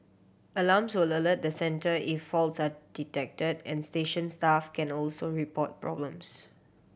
alarms will alert the centre if faults are detected and station staff can also report problems